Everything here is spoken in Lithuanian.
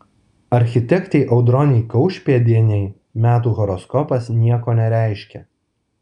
architektei audronei kaušpėdienei metų horoskopas nieko nereiškia